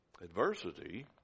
Adversity